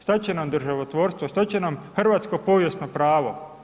Šta će nam državljanstvo što će nam hrvatsko povijesno pravo?